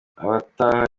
abataha